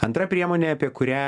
antra priemonė apie kurią